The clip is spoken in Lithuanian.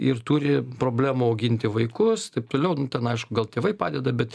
ir turi problemų auginti vaikus taip toliau nu ten aišku gal tėvai padeda bet